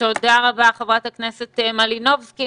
תודה רבה, חברת הכנסת מלינובסקי.